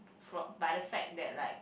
flop but the fact that like